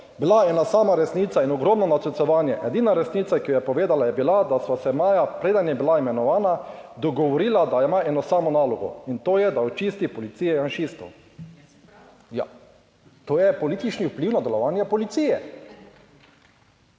"Bila ena sama resnica in ogromno načrtovanje. Edina resnica, ki jo je povedala, je bila, da sva se maja, preden je bila imenovana, dogovorila, da ima eno samo nalogo, in to je, da očisti policije janšistov." To je politični vpliv na delovanje policije.